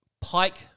Pike